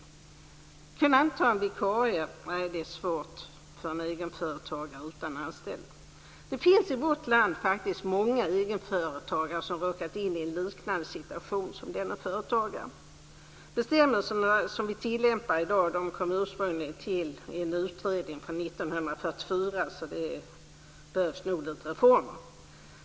Kunde han inte ha tagit in en vikarie? Nej, detta är svårt för en egenföretagare utan anställda. Det finns i vårt land många egenföretagare som har råkat in i en liknande situation som denne företagare. De bestämmelser som tillämpas i dag kom ursprungligen till i en utredning från 1944, så det behövs nog reformer.